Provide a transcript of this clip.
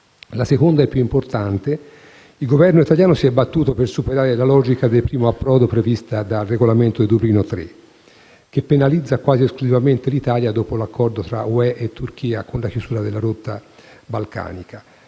domanda è più importante: il Governo italiano si è battuto per superare la logica del primo approdo prevista dal Regolamento di Dublino III, che penalizza quasi esclusivamente l'Italia dopo l'accordo tra l'Unione europea e la Turchia, con la chiusura della rotta balcanica.